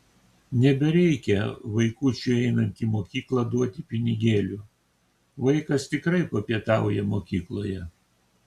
nebereikia vaikučiui einant į mokyklą duoti pinigėlių vaikas tikrai papietauja mokykloje